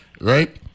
right